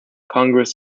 congress